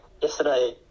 yesterday